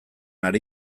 ari